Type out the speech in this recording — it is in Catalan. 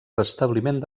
restabliment